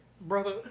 Brother